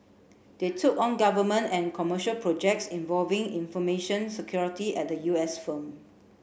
they took on government and commercial projects involving information security at the U S firm